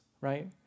right